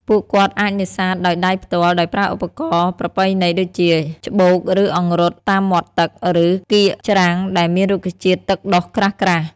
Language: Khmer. ពួកគាត់អាចនេសាទដោយដៃផ្ទាល់ដោយប្រើឧបករណ៍ប្រពៃណីដូចជាច្បូកឬអង្រុតតាមមាត់ទឹក ឬកៀកច្រាំងដែលមានរុក្ខជាតិទឹកដុះក្រាស់ៗ។